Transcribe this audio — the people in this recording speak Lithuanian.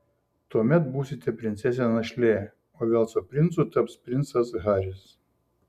tuomet būsite princesė našlė o velso princu taps princas haris